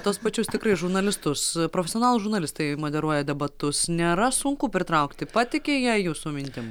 tuos pačius tikrai žurnalistus profesionalūs žurnalistai moderuoja debatus nėra sunku pritraukti patiki jie jūsų mintim